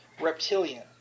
reptilian